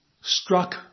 struck